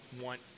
want